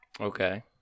Okay